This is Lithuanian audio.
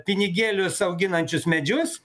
pinigėlius auginančius medžius